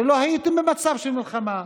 הרי לא הייתם במצב של מלחמה.